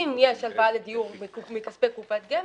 אם יש הלוואה לדיור מכספי קופות גמל,